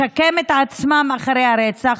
לשקם את עצמם אחרי הרצח,